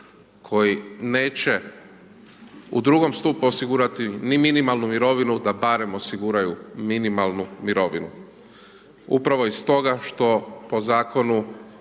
koji neće u drugom stupu osigurati ni minimalnu mirovinu, da barem osiguraju minimalnu mirovinu. Upravo iz toga što po zakonu,